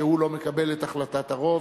שהוא לא מקבל את החלטת הרוב.